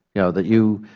you know that you